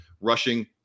rushing